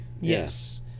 Yes